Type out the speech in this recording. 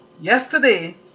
yesterday